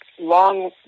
long